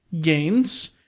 gains